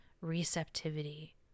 receptivity